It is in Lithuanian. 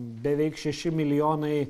beveik šeši milijonai